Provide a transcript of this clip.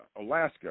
Alaska